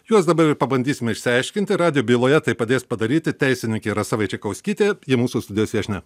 juos dabar ir pabandysime išsiaiškinti radijo byloje tai padės padaryti teisininkė rasa vaičekauskytė ji mūsų studijos viešnia